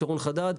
שרון חדד,